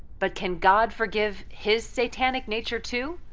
but can god forgive his satanic nature too?